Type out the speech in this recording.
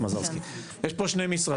יש פה שני משרדים.